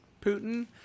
Putin